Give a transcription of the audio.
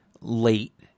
late